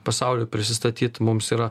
pasauliui prisistatyt mums yra